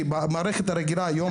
כי במערכת הרגילה היום,